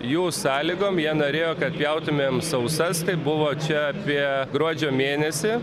jų sąlygom jie norėjo kad pjautumėm sausas tai buvo čia apie gruodžio mėnesį